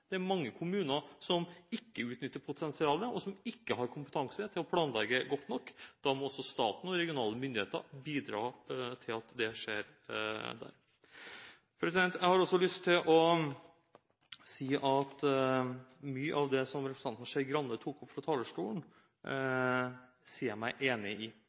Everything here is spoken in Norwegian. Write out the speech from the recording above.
det er mange kommuner som ikke utnytter potensialet, og som ikke har kompetanse til å planlegge godt nok. Da må også staten og de regionale myndigheter bidra til at det skjer der. Mye av det representanten Skei Grande tok opp fra talerstolen, sier jeg meg enig i.